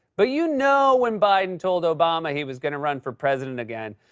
but you know when biden told obama he was gonna run for president again,